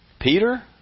Peter